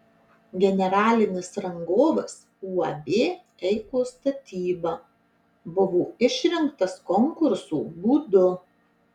generalinis rangovas uab eikos statyba buvo išrinktas konkurso būdu